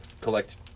collect